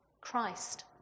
Christ